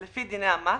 לפי דיני המס,